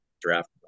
draft